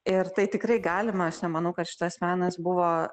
ir tai tikrai galima aš nemanau kad šitas menas buvo